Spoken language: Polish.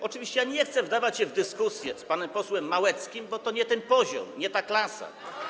Oczywiście nie chcę wdawać się w dyskusję z panem posłem Małeckim, bo to nie ten poziom, nie ta klasa.